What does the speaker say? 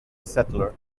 settler